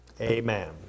Amen